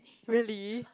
really